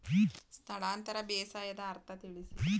ಸ್ಥಳಾಂತರ ಬೇಸಾಯದ ಅರ್ಥ ತಿಳಿಸಿ?